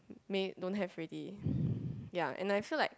may don't have already ya and I feel like